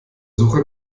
suche